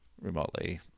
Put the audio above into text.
remotely